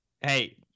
Hey